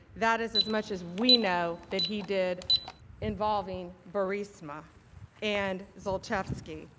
that is as much as we know that he did involving burisma and zlochevsky.